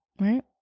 right